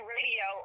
Radio